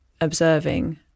observing